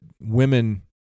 women